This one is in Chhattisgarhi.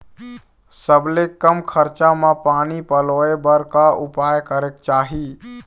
सबले कम खरचा मा पानी पलोए बर का उपाय करेक चाही?